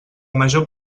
major